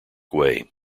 way